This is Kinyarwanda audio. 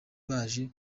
baje